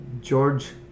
George